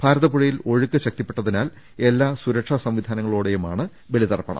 ഭാരതപ്പുഴയിൽ ഒഴുക്ക് ശക്തിപ്പെട്ടതിനാൽ എല്ലാ സുരക്ഷാ സംവിധാനങ്ങളോ ടെയുമാണ് ബലിതർപ്പണം